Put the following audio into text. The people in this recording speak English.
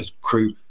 crew